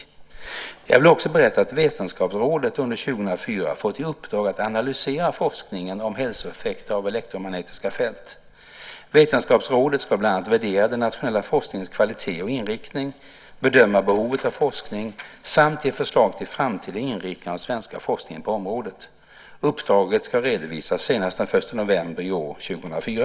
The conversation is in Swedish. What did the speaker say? Jag vill också berätta att Vetenskapsrådet under 2004 fått i uppdrag att analysera forskningen om hälsoeffekter av elektromagnetiska fält. Vetenskapsrådet ska bland annat värdera den nationella forskningens kvalitet och inriktning, bedöma behovet av forskning samt ge förslag till framtida inriktning av den svenska forskningen på området. Uppdraget ska redovisas senast den 1 november i år, 2004.